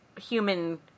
human